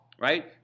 Right